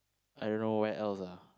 I don't know where else ah